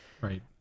right